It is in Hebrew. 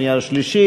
שנייה או שלישית.